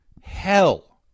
hell